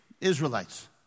Israelites